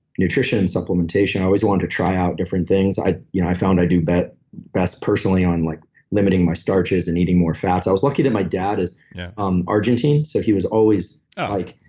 nutrition and supplementation i always wanted to try out different things. i you know i found i do best personally on like limiting my starches, and eating more fats. i was lucky that my dad is um argentine, so he was always like,